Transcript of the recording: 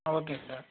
ah okay sir